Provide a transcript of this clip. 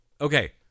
okay